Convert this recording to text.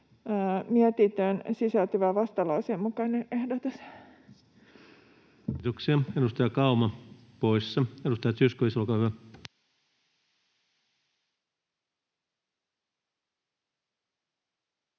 mietintöön sisältyvän vastalauseen mukainen ehdotus. Kiitoksia. — Edustaja Kauma poissa. — Edustaja Zyskowicz, olkaa hyvä.